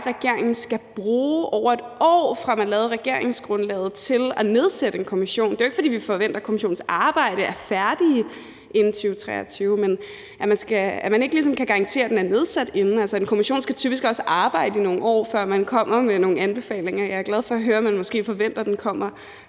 at regeringen skal bruge over et år, fra man lavede regeringsgrundlaget, til at nedsætte en kommission. Det er jo ikke, fordi vi forventer, at kommissionens arbejde er færdigt inden 2023, men man kan ligesom ikke garantere, at den er nedsat inden. Altså, en kommission skal typisk også arbejde i nogle år, før man kommer med nogle anbefalinger, og jeg er glad for at høre, at man måske forventer, at den lidt